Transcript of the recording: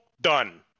done